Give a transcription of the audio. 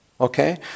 Okay